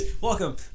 welcome